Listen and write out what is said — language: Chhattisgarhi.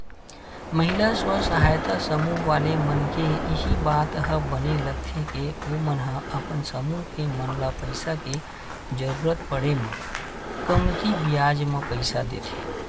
महिला स्व सहायता समूह वाले मन के इही बात ह बने लगथे के ओमन ह अपन समूह के मन ल पइसा के जरुरत पड़े म कमती बियाज म पइसा देथे